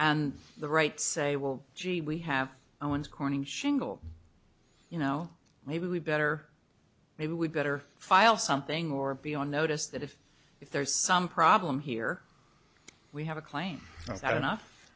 and the right say well gee we have owens corning shingle you know maybe we better maybe we better file something or be on notice that if if there's some problem here we have a claim is that enough